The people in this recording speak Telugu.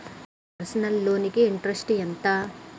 పర్సనల్ లోన్ కి ఇంట్రెస్ట్ ఎంత?